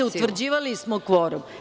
Utvrđivali smo kvorum.